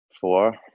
four